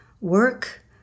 work